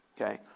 Okay